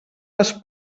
les